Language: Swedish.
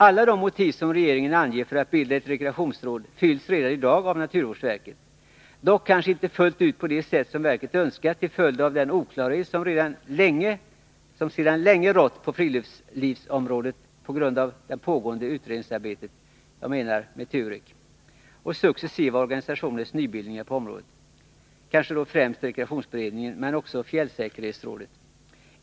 Alla de motiv, som regeringen anger för att bilda ett rekreationsråd, fylls redan i dag av naturvårdsverket, dock kanske inte fullt ut på det sätt som verket önskat, till följd av den oklarhet som sedan länge rått på friluftslivsområdet på grund av pågående utredningsarbete TUREK och successiva organisatoriska nybildningar på området, främst rekreationsberedningen, men även fjällsäkerhetsrådet.